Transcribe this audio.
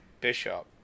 Bishop